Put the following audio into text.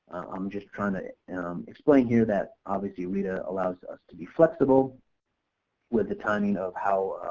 i'm just trying to explain here that obviously reta allows us to be flexible with the timing of how